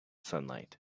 sunlight